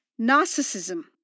narcissism